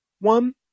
One